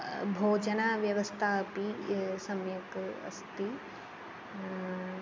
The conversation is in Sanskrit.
भोजनव्यवस्था अपि सम्यक् अस्ति